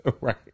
Right